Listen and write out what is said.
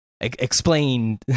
explain